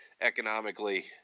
economically